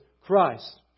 Christ